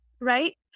right